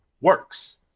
works